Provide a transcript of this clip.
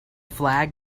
flag